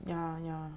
ya ya